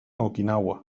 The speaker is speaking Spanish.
okinawa